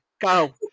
go